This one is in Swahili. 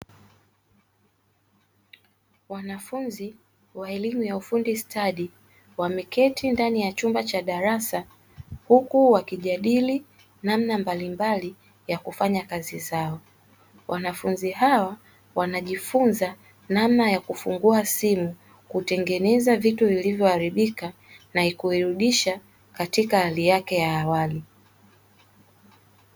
Wanafunzi wa elimu ya ufundi stadi wameketi ndani ya chumba cha darasa huku wakijadili namna mbalimbali ya kufanya kazi zao. Wanafunzi hao wanajifunza namna ya kufungua simu, kutengeneza vitu vilivyoharibika na kuirudisha katika hali yake ya awali.